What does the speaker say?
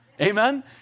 Amen